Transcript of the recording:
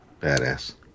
Badass